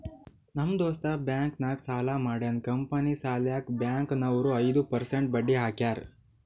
ನಮ್ ದೋಸ್ತ ಬ್ಯಾಂಕ್ ನಾಗ್ ಸಾಲ ಮಾಡ್ಯಾನ್ ಕಂಪನಿ ಸಲ್ಯಾಕ್ ಬ್ಯಾಂಕ್ ನವ್ರು ಐದು ಪರ್ಸೆಂಟ್ ಬಡ್ಡಿ ಹಾಕ್ಯಾರ್